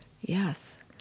Yes